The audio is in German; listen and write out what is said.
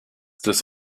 des